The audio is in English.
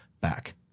Back